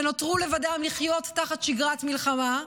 ונותרו לבדם לחיות תחת שגרת מלחמה,